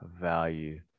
value